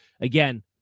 Again